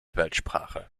weltsprache